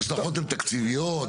ההשלכות הן תקציביות,